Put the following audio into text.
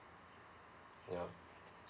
yeah